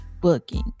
booking